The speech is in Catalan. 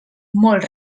molt